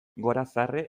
gorazarre